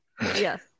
yes